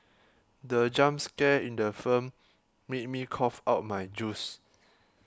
the jump scare in the film made me cough out my juice